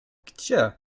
gdzie